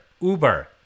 Uber